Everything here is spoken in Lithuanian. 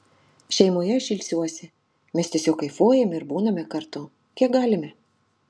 šeimoje aš ilsiuosi mes tiesiog kaifuojame ir būname kartu kiek galime